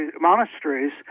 monasteries